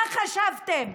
מה חשבתם?